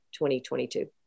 2022